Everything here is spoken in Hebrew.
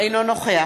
אינו נוכח